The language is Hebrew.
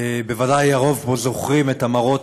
בוודאי הרוב פה זוכרים את המראות